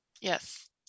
Yes